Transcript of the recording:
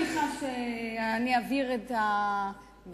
אני מניחה שאני אעביר את הבקשה,